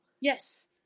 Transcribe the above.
Yes